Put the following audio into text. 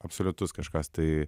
absoliutus kažkas tai